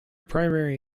primary